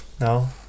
No